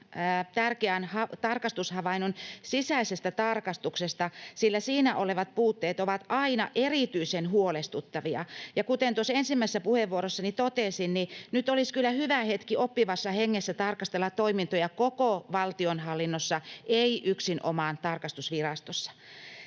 tärkeän tarkastushavainnon sisäisestä tarkastuksesta, sillä siinä olevat puutteet ovat aina erityisen huolestuttavia. Ja kuten ensimmäisessä puheenvuorossani totesin, nyt olisi kyllä hyvä hetki oppivassa hengessä tarkastella toimintoja koko valtionhallinnossa, ei yksinomaan tarkastusvirastossa.